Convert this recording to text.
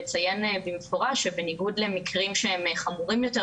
לציין במפורש שבניגוד למקרים שהם חמורים יותר,